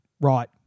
right